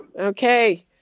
Okay